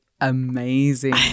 amazing